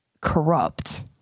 corrupt